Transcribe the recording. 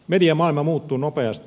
mediamaailma muuttuu nopeasti